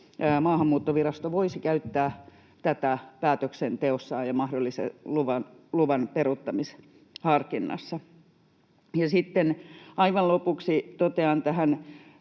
Maahanmuuttovirasto voisi käyttää tätä päätöksenteossaan ja mahdollisen luvan peruuttamisharkinnassa. Aivan lopuksi totean tähän